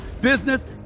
business